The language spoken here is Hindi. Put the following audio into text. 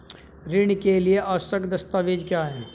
ऋण के लिए आवश्यक दस्तावेज क्या हैं?